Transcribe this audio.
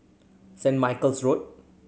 Saint Michael's Road